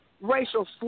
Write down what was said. racial